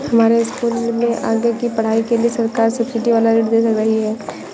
हमारे स्कूल में आगे की पढ़ाई के लिए सरकार सब्सिडी वाला ऋण दे रही है